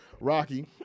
Rocky